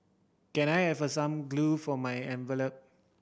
can I have some glue for my envelope